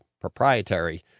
proprietary